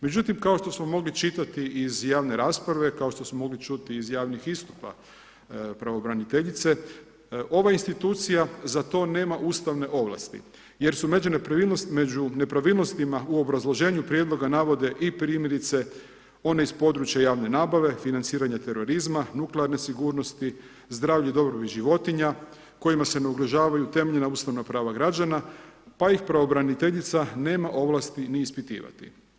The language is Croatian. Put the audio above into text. Međutim kao što smo mogli čitati iz javne rasprave, kao što smo mogli čuti iz javnih istupa pravobraniteljice, ova institucija za to nema ustavne ovlasti jer su među nepravilnostima u obrazloženju prijedloga navode i primjerice one iz područja javne nabave, financiranja terorizma, nuklearne sigurnosti, zdravlje i dobrobit životinja kojima se ne ugrožavaju temeljna ustavna prava građana pa ih pravobraniteljica nema ovlasti ni ispitivati.